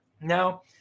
Now